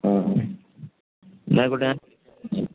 ആ എന്നാൽ ആയിക്കോട്ടേ